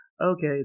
okay